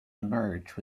emerge